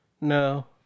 No